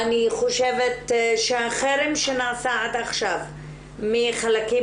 אני חושבת שהחרם שנעשה עד עכשיו מחלקים